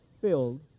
filled